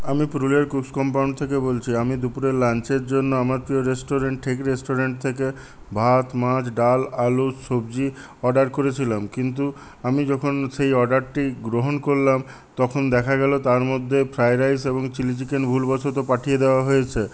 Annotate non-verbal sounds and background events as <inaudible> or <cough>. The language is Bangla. আমি পুরুলিয়ার কোর্স কমপাউন্ড থেকে বলছি আমি দুপুরের লাঞ্চের জন্য <unintelligible> রেস্টুরেন্ট <unintelligible> রেস্টুরেন্ট থেকে ভাত মাছ ডাল আলু সবজি অর্ডার করেছিলাম কিন্তু আমি যখন সেই অর্ডারটি গ্রহণ করলাম তখন দেখা গেল তার মধ্যে ফ্রায়েড রাইস এবং চিলি চিকেন ভুলবশত পাঠিয়ে দেওয়া হয়েছে